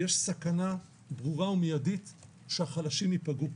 יש סכנה ברורה ומידית שהחלשים ייפגעו.